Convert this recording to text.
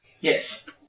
Yes